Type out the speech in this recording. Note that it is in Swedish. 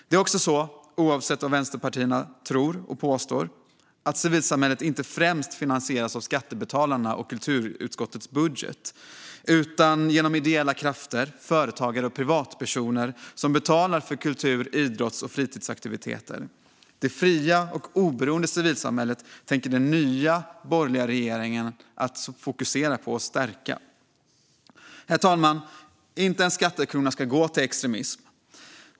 Det är också så - oavsett vad vänsterpartierna tror och påstår - att civilsamhället inte främst finansieras av skattebetalarna och kulturutskottets budget utan genom ideella krafter, företagare och privatpersoner som betalar för kultur, idrotts och fritidsaktiviteter. Det fria och oberoende civilsamhället tänker den nya borgerliga regeringen fokusera på att stärka. Herr talman! Inte en skattekrona ska gå till extremism.